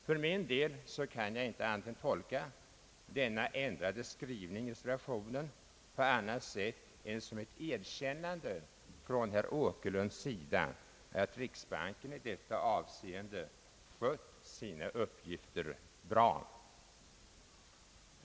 För min del kan jag inte tolka denna ändrade skrivning på annat sätt än som ett erkännande från herr Åkerlunds sida, att riksbanken i detta avseende skött sina uppgifter bra.